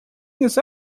his